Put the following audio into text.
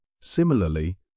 Similarly